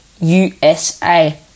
USA